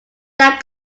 that